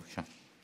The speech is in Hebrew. בבקשה.